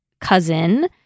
cousin